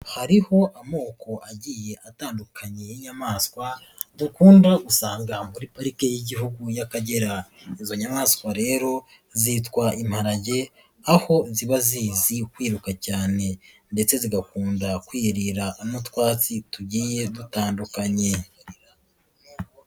Hariho amoko agiye atandukanye y'inyamaswa dukunda gusanga muri Parike y'Igihugu y'Akagera, izo nyamaswa rero zitwa imparage aho ziba zizi kwiruka cyane ndetse zigakunda kwirira n'utwatsi tugiye dutandukanye.